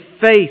faith